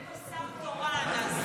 סליחה, אין פה שר תורן.